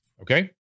Okay